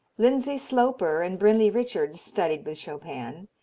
lindsay sloper and brinley richards studied with chopin.